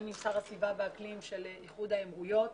גם עם שר הסביבה והאקלים של איחוד האמירויות